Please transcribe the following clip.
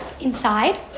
inside